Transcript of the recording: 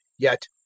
yet,